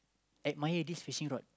admire this fishing rod